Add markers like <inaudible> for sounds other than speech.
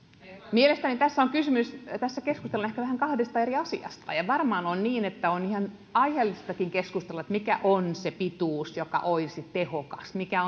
mielestäni tässä keskustellaan ehkä vähän kahdesta eri asiasta ja varmaan on niin että on ihan aiheellistakin keskustella siitä mikä on se pituus joka olisi tehokas mikä <unintelligible>